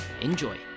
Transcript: Enjoy